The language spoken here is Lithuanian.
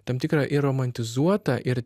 tam tikrą ir romantizuotą ir